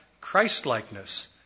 Christlikeness